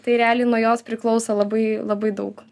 tai realiai nuo jos priklauso labai labai daug